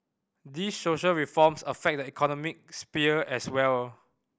these social reforms affect the economic sphere as well